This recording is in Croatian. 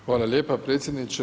Hvala lijepa predsjedniče.